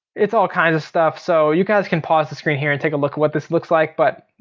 it's all kinds of stuff. so you guys can pause the screen here and take a look at what this looks like. but